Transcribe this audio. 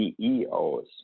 ceos